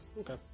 Okay